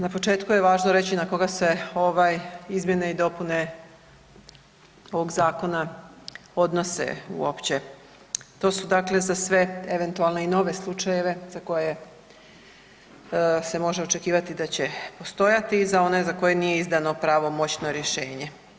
Na početku je važno reći na koga se ove izmjene i dopune ovog zakona odnose uopće, to su dakle za sve eventualne i nove slučajeve za koje se može očekivati da će postojati, za one za koje nije izdano pravomoćno rješenje.